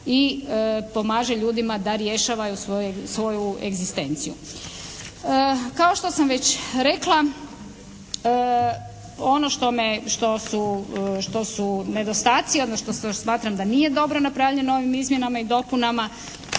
i pomaže ljudima da riješe svoju egzistenciju. Kao što sam već rekla ono što su nedostaci odnosno što smatram da nije dobro napravljeno ovim izmjenama i dopunama,